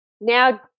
now